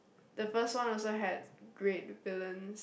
the first one also had great villains